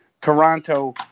toronto